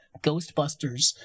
Ghostbusters